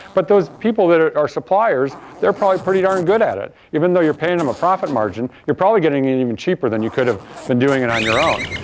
but those people that are are suppliers, they're probably pretty darn good at it, even though you're paying them a profit margin, you're probably getting it even cheaper than you could have than doing it on your own.